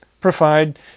Provide